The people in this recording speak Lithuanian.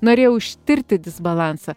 norėjau ištirti disbalansą